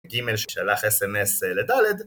'גימל' ששלח אס-אם-אס ל'דלת'